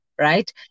right